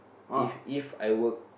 if If I work